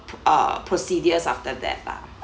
uh procedures after that lah